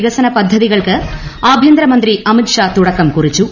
വികസന പദ്ധതികൾക്ക് ആഭ്യന്തരമന്ത്രി അമിത്ഷാ തുടക്കം കുറിച്ചു